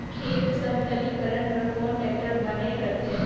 खेत समतलीकरण बर कौन टेक्टर बने रथे?